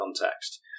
context